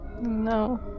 No